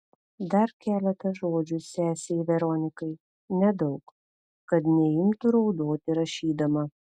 dar keletą žodžių sesei veronikai nedaug kad neimtų raudoti rašydama